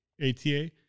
ATA